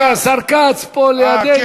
הנה, השר כץ פה לידנו.